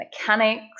mechanics